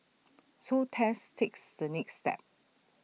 so Tess takes the next step